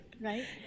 right